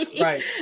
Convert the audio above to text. Right